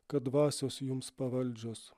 kad dvasios jums pavaldžios